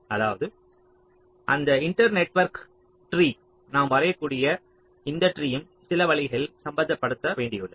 அதாவது அந்த இன்டெர்நெட்வொர்க் ட்ரீயும் நாம் வரையக்கூடிய இந்த ட்ரீயும் சில வழிகளில் சமப்படுத்த வேண்டியுள்ளது